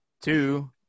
two